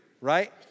right